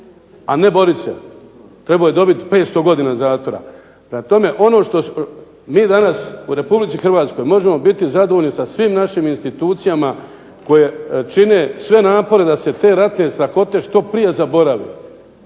a ne borit se, trebao je dobiti 500 godina zatvora. Prema tome, ono što mi danas u RH možemo biti zadovoljni sa svim našim institucijama koje čine sve napore da se te ratne strahote što prije zaborave,